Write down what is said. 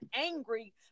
angry